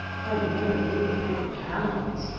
i never knew that they were cannibals.